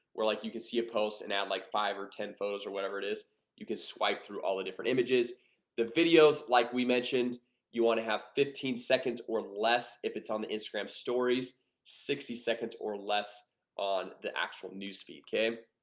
we're like you can see a post and at like five or ten photos or whatever it is you can swipe through all the different images the videos like we mentioned you want to have fifteen seconds or less if it's on the instagram stories sixty seconds or less on the actual news feed, okay?